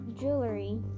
jewelry